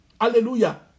Hallelujah